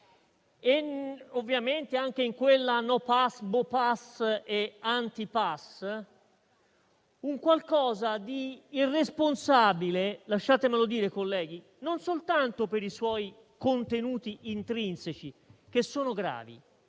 così come in quella no *pass*, boh *pass* e anti-*pass*, c'è un qualcosa di irresponsabile - lasciatemelo dire, colleghi - non soltanto per i suoi contenuti intrinseci, che sono gravi,